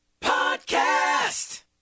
Podcast